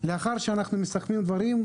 לאחר שאנחנו מסכמים דברים,